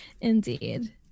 Indeed